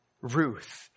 Ruth